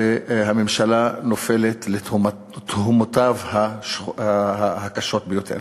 והממשלה נופלת לתהומותיו הקשות ביותר.